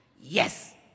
Yes